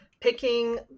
picking